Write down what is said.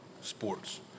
sports